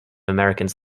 americans